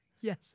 Yes